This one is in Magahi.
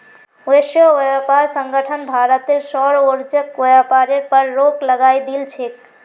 विश्व व्यापार संगठन भारतेर सौर ऊर्जाक व्यापारेर पर रोक लगई दिल छेक